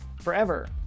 forever